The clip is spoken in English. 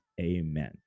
Amen